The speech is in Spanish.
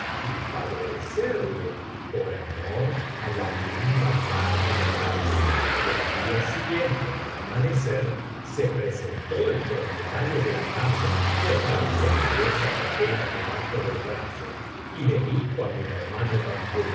y favorecerle por amor á la linda cara de la mujer y al día siguiente al amanecer se presentó el propietario de la casa con otra pieza de tela debajo del brazo y le dijo á mi hermano bacbuk